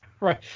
Right